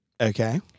Okay